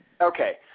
Okay